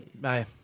Bye